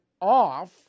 off